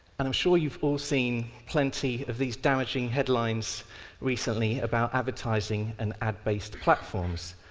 and i'm sure you've all seen plenty of these damaging headlines recently about advertising and ad-based platforms.